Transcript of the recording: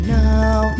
now